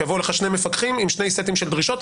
שיבואו לך שני מפקחים עם שני סטים של דרישות,